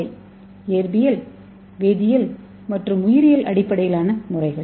அவை இயற்பியல் வேதியியல் மற்றும் உயிரியல் அடிப்படையிலான முறைகள்